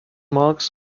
marks